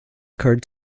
occurred